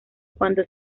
cuando